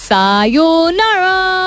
Sayonara